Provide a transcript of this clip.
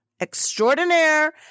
extraordinaire